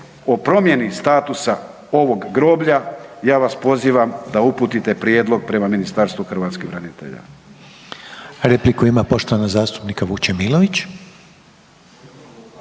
o promjeni statusa ovog groblja ja vas pozivam da uputite prijedlog prema Ministarstvu hrvatskih branitelja.